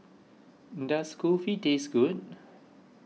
does Kulfi taste good